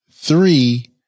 Three